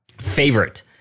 favorite